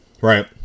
right